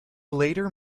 later